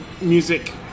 music